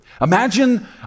Imagine